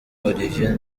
olivier